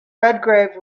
redgrave